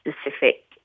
specific